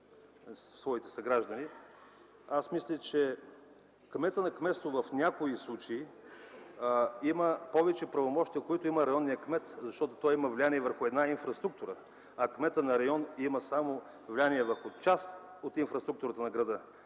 Мисля, че кметът на кметство в някои случаи има повече правомощия от тези на районния кмет, защото има влияние върху инфраструктурата. Кметът на район има влияние само върху част от инфраструктурата на града.